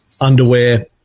underwear